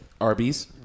Arby's